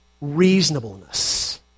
reasonableness